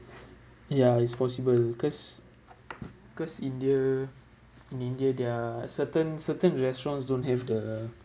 ya it's possible cause cause india india they're certain certain restaurants don't have the